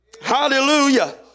Hallelujah